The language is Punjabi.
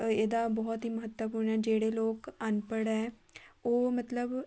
ਇਹਦਾ ਬਹੁਤ ਹੀ ਮਹੱਤਵਪੂਰਨ ਆ ਜਿਹੜੇ ਲੋਕ ਅਨਪੜ੍ਹ ਹੈ ਉਹ ਮਤਲਬ